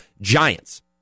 Giants